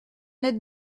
lettre